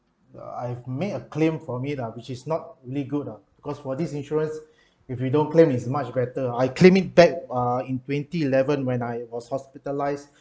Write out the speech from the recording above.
err I've made a claim from it ah which is not really good ah because for these insurance if we don't claim it's much better I claimed it back uh in twenty eleven when I was hospitalised